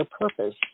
purpose